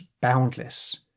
Boundless